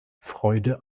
freude